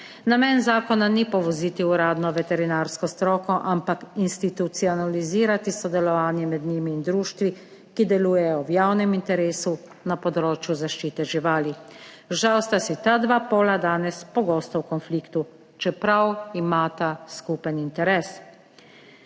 Namen zakona ni povoziti uradno veterinarsko stroko, ampak institucionalizirati sodelovanje med njimi in društvi, ki delujejo v javnem interesu na področju zaščite živali. Žal sta si ta dva pola danes pogosto v konfliktu, čeprav imata skupen interes